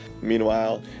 Meanwhile